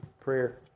prayer